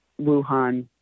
Wuhan